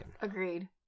Agreed